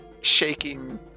shaking